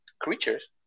creatures